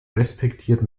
respektiert